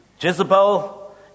Jezebel